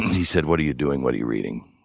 he said, what are you doing, what are you reading?